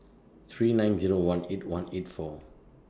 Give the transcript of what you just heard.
three nine Zero one eight one eight four